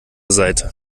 seite